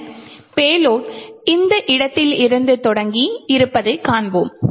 பின்னர் பேலோட் இந்த இடத்தில் இருந்து தொடங்கி இருப்பதைக் காண்போம்